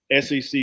SEC